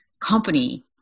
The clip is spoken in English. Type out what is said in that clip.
company